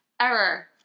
Error